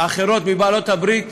אחרות מבעלות הברית,